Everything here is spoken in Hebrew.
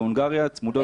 להונגריה, צמודות גדר.